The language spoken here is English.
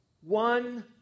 one